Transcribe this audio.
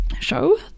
show